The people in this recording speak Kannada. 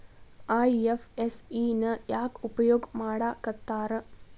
ಐ.ಎಫ್.ಎಸ್.ಇ ನ ಯಾಕ್ ಉಪಯೊಗ್ ಮಾಡಾಕತ್ತಾರ?